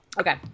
okay